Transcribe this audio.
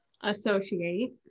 associate